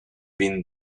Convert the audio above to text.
been